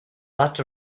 lots